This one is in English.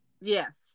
Yes